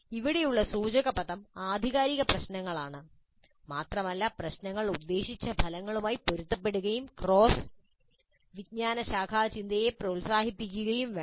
ഇവിടെയുള്ള സൂചകപദം ആധികാരിക പ്രശ്നങ്ങൾ ആണ് മാത്രമല്ല പ്രശ്നങ്ങൾ ഉദ്ദേശിച്ച ഫലങ്ങളുമായി പൊരുത്തപ്പെടുകയും ക്രോസ് വിജ്ഞാനശാഖാചിന്തയെ പ്രോത്സാഹിപ്പിക്കുകയും വേണം